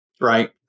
right